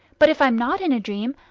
but if i'm not in a dream,